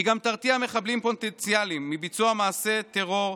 היא גם תרתיע מחבלים פוטנציאליים מביצוע מעשי טרור,